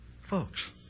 Folks